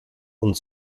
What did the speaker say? und